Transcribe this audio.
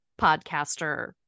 podcaster